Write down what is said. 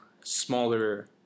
smaller